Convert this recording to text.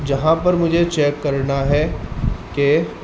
جہاں پر مجھے چیک کرنا ہے کہ